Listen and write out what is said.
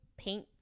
paint